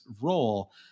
role